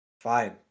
Fine